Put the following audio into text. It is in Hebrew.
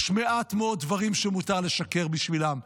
יש מעט מאוד דברים שמותר לשקר בשבילם.